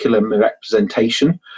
representation